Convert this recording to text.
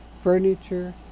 furniture